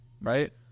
Right